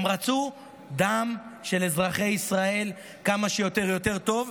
הם רצו דם של אזרחי ישראל, וכמה שיותר, יותר טוב.